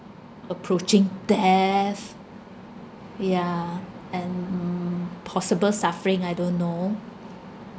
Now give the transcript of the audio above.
approaching death yeah and mm possible suffering I don't know